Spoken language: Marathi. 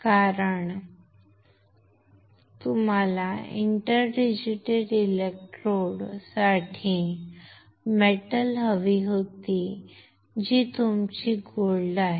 कारण आम्हांला इंटरडिजिटल इलेक्ट्रोडसाठी मेटल हवी होती जी तुमचे सोने आहे